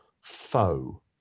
foe